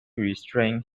restrained